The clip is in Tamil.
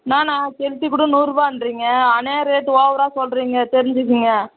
என்னண்ணா கெளுத்தி கூடும் நூறுரூபான்றிங்க அநேக ரேட்டு ஓவராக சொல்லுறீங்க தெரிஞ்சிக்கங்க